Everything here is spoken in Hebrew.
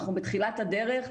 אנחנו בתחילת הדרך.